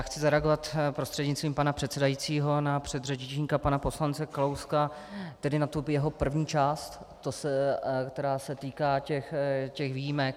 Chci zareagovat prostřednictvím pana předsedajícího na předřečníka pana poslance Kalouska, tedy na tu jeho první část, která se týká těch výjimek.